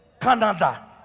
Canada